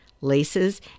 laces